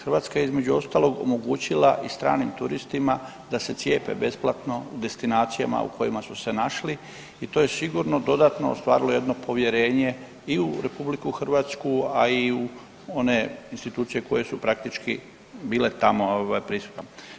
Hrvatska je između ostalog omogućila i stranim turistima da se cijepe besplatno u destinacijama u kojima su se našli i to je sigurno dodatno ostvarilo jedno povjerenje i u Republiku Hrvatsku, a i u one institucije koje su praktički bile tamo prisutne.